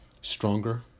Stronger